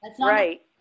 Right